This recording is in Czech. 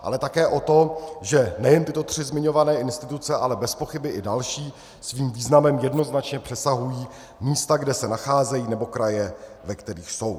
Ale také o to, že nejen tyto tři zmiňované instituce, ale bezpochyby i další, svým významem jednoznačně přesahují místa, kde se nacházejí, nebo kraje, ve kterých jsou.